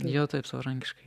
jo taip savarankiškai